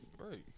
Right